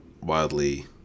wildly